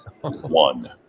one